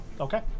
Okay